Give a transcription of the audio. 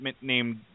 named